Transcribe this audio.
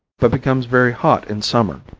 but becomes very hot in summer.